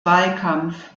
wahlkampf